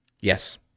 Yes